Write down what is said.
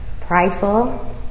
prideful